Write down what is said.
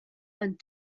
and